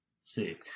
see